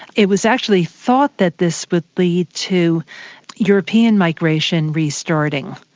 it was actually thought that this would lead to european migration re-starting,